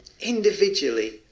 individually